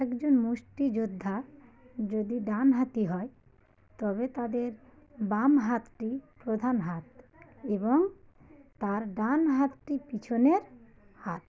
একজন মুষ্টিযোদ্ধা যদি ডানহাতি হয় তবে তাদের বাম হাতটি প্রধান হাত এবং তার ডান হাতটি পিছনের হাত